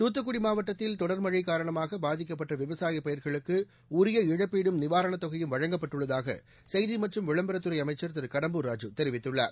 துத்துக்குடி மாவட்டத்தில் தொடர்மஸ் காரணமாக பாதிக்கப்பட்ட விவசாய பயிர்களுக்கு உரிய இழப்பீடும் நிவாரண தொகையும் வழங்கப்பட்டுள்ளதாக செய்தி மற்றும் விளம்பரத் துறை அமைச்சி திரு கடம்பூர் ராஜூ தெரிவித்துள்ளார்